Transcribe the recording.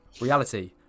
Reality